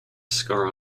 scar